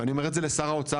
ואני אומר את זה לשר האוצר,